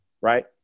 right